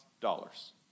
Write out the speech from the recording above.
dollars